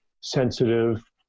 sensitive